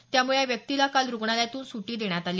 त्यामुळे या व्यक्तीला काल रुग्णालयातून सुट्टी देण्यात आली